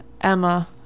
Emma